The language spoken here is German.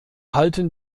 halten